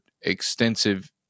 extensive